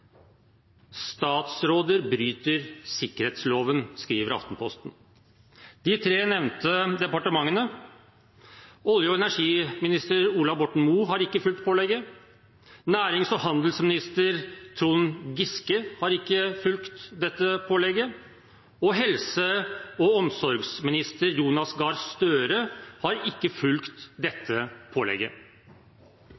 De tre nevnte departementene har ikke fulgt dette pålegget – olje- og energiminister Ola Borten Moe har ikke fulgt pålegget, nærings- og handelsminister Trond Giske har ikke fulgt pålegget, og helse- og omsorgsminister Jonas Gahr Støre har ikke fulgt